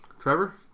trevor